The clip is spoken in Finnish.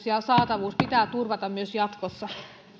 ja saatavuus pitää turvata myös jatkossa